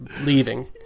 leaving